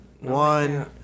one